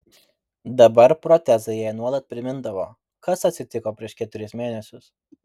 dabar protezai jai nuolat primindavo kas atsitiko prieš keturis mėnesius